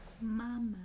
mama